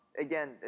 again